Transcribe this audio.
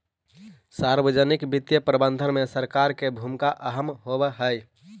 सार्वजनिक वित्तीय प्रबंधन में सरकार के भूमिका अहम होवऽ हइ